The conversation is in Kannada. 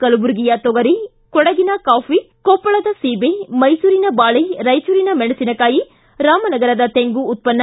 ಕಲಬುರಗಿಯ ತೋಗರಿ ಕೊಡಗಿನ ಕಾಫಿ ಕೊಪ್ಪಳದ ಸೀಬೆ ಮೈಸೂರಿನ ಬಾಳೆ ರಾಯಚೂರಿನ ಮೆಣಸಿನಕಾಯಿ ರಾಮನಗರದ ತೆಂಗು ಉತ್ಪನ್ನ